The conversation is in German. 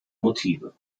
motive